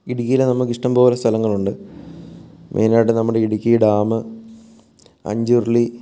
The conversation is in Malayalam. ഇടുക്കിയിൽ നമുക്ക് ഇഷ്ടംപോലെ സ്ഥലങ്ങളുണ്ട് മെയിനായിട്ട് നമ്മുടെ ഇടുക്കി ഡാം അഞ്ചുരുളി